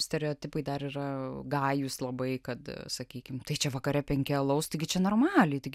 stereotipai dar yra gajūs labai kad sakykim tai čia vakare penki alaus taigi čia normaliai taigi